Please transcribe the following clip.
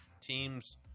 teams